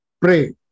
pray